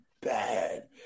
bad